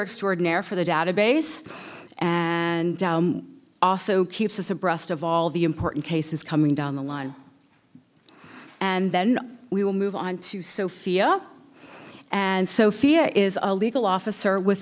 extraordinaire for the database and also keeps us abreast of all the important cases coming down the line and then we will move on to sofia and sofia is a legal officer with